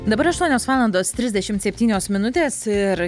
dabar aštuonios valandos trisdešimt septynios minutės ir